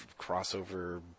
crossover